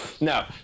no